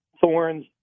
thorns